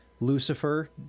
Lucifer